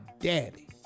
daddy